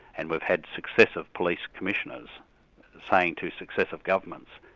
and we've had successive police commissioners saying to successive governments,